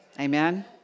amen